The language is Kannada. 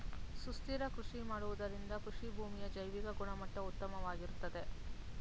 ಸುಸ್ಥಿರ ಕೃಷಿ ಮಾಡುವುದರಿಂದ ಕೃಷಿಭೂಮಿಯ ಜೈವಿಕ ಗುಣಮಟ್ಟ ಉತ್ತಮವಾಗಿರುತ್ತದೆ